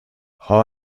hau